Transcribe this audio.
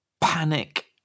panic